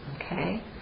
Okay